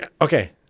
okay